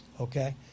Okay